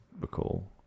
recall